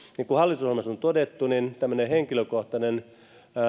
niin kuin hallitusohjelmassa on todettu tämmöinen henkilökohtainen